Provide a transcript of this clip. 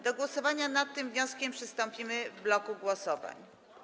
Do głosowania nad tym wnioskiem przystąpimy w bloku głosowań.